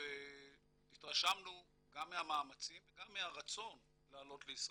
והתרשמנו גם מהמאמצים וגם מהרצון לעלות לישראל.